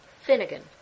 Finnegan